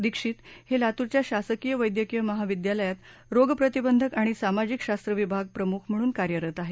दीक्षित हे लातूरच्या शासकीय वैद्यकीय महाविद्यालयात रोगप्रतिबंधक आणि सामाजिक शास्त्र विभाग प्रमुख म्हणून कार्यरत आहेत